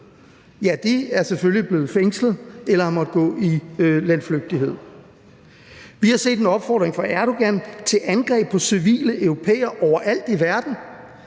imod, er selvfølgelig blevet fængslet eller har måttet gå i landflygtighed. Vi har set en opfordring fra Erdogan til angreb på civile europæere overalt i verden